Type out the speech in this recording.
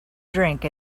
drink